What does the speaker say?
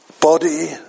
body